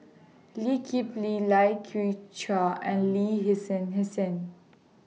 Lee Kip Lee Lai Kew Chai and Lin Hsin Hsin